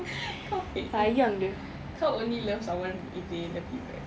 kau fake [pe] kau only love someone if they love you back